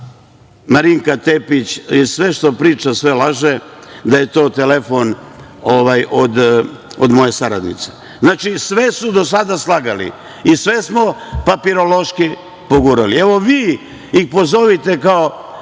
Marinika Tepić, jer sve što priča sve laže, da je to telefon od moje saradnice. Znači, sve su do sada slagali i sve smo papirološki pogurali. Evo, vi ih pozovite kao